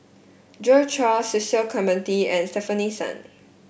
Joi Chua Cecil Clementi and Stefanie Sun